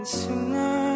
sooner